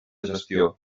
gestió